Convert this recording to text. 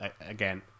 again